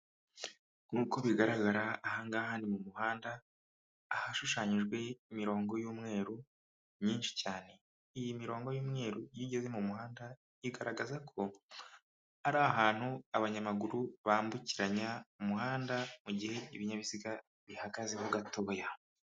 Nkuko bigaragara aha ngaha ni mu muhanda, ahashushanyijwe imirongo y'umweru myinshi cyane. Iyi mirongo y'umweru iyo igeze mu muhanda igaragaza ko, ari ahantu abanyamaguru bambukiranya umuhanda mu mugihe ibinyabiziga bihagazeho gatoya.